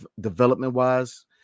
development-wise